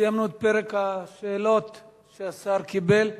סיימנו את פרק השאלות שהשר קיבל.